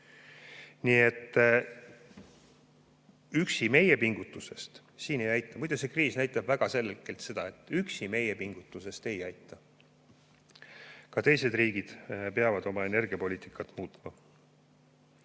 Nii et üksnes meie pingutusest ei aita. Muide, see kriis näitab väga selgelt, et ainuüksi meie pingutusest ei piisa, ka teised riigid peavad oma energiapoliitikat muutma.